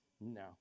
No